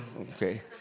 Okay